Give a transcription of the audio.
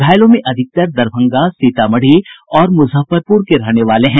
घायलों में अधिकतर दरभंगा सीतामढ़ी और मुजफ्फरपुर के रहने वाले हैं